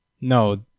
No